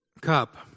cup